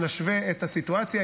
שנשווה את הסיטואציה.